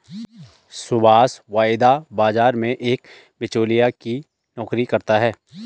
सुभाष वायदा बाजार में एक बीचोलिया की नौकरी करता है